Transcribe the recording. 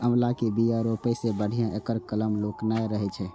आंवला के बिया रोपै सं बढ़िया एकर कलम लगेनाय रहै छै